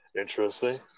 Interesting